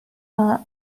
our